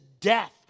death